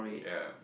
yea